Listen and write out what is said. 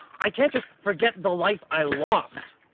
i can't just forget the life i lost!